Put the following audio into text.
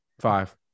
five